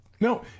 no